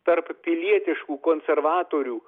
tarp pilietiškų konservatorių